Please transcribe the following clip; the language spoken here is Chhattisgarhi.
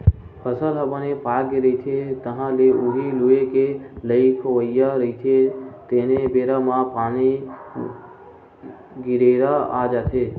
फसल ह बने पाकगे रहिथे, तह ल उही लूए के लइक होवइया रहिथे तेने बेरा म पानी, गरेरा आ जाथे